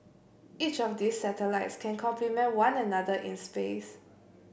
each of these satellites can complement one another in space